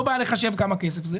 לא בעיה לחשב כמה כסף זה.